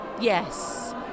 Yes